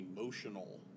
emotional